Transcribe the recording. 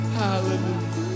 hallelujah